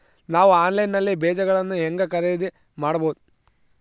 ನಾವು ಆನ್ಲೈನ್ ನಲ್ಲಿ ಬೇಜಗಳನ್ನು ಹೆಂಗ ಖರೇದಿ ಮಾಡಬಹುದು?